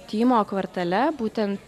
tymo kvartale būtent